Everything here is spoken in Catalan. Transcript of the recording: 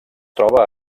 troba